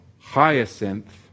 hyacinth